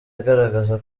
agaragaza